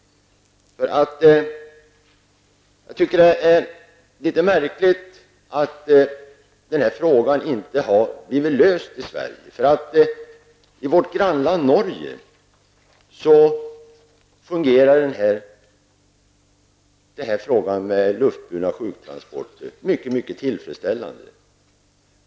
Jag tycker att det är litet märkligt att den här frågan inte har blivit löst i Sverige. I vårt grannland Norge fungerar de luftburna sjuktransporterna mycket mycket tillfredsställande.